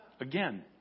Again